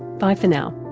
bye for now